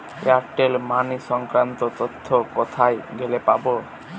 Airtel money সংক্রান্ত তথ্য কোথায় গেলে পাব?